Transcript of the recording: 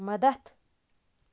مدتھ